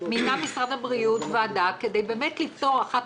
מינה משרד הבריאות ועדה כדי לפתור אחת